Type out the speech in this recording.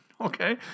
okay